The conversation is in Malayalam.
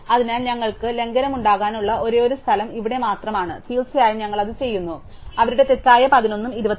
അതിനാൽ ഞങ്ങൾക്ക് ലംഘനം ഉണ്ടാകാനുള്ള ഒരേയൊരു സ്ഥലം ഇവിടെ മാത്രമാണ് തീർച്ചയായും ഞങ്ങൾ അത് ചെയ്യുന്നു അവരുടെ തെറ്റായ 11 ഉം 24 ഉം കാരണം